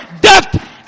death